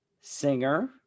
Singer